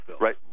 Right